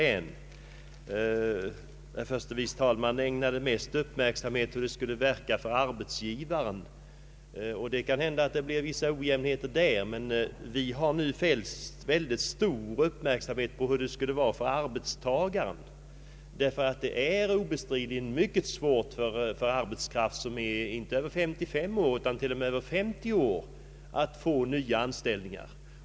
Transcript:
Herr förste vice talmannen ägnade största uppmärksamheten åt hur detta skulle verka för arbetsgivaren. Det är möjligt att det kan bli vissa ojämnheter där, men vi har från vår sida fäst mycket stor uppmärksamhet vid hur en sådan reform skulle verka för arbetstagaren. Det är nämligen obestridligen mycket svårt inte bara för arbetstagare över 55 år utan även för dem som är över 50 år att få nya anställningar.